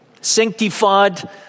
sanctified